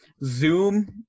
zoom